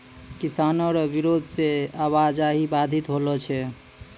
किसानो रो बिरोध से आवाजाही बाधित होलो छै